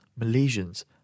Malaysians